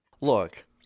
Look